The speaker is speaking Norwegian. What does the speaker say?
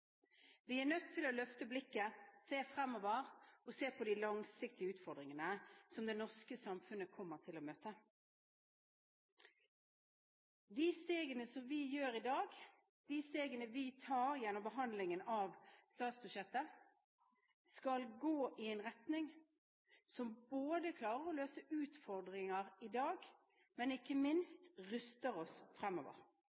Vi er nødt til å løfte blikket og se fremover på de langsiktige utfordringene som det norske samfunnet kommer til å møte. De stegene som vi tar i dag gjennom behandlingen av statsbudsjettet, skal gå i en retning som gjør at vi klarer å løse utfordringer i dag, men ikke